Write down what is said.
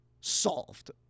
solved